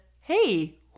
Hey